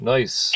Nice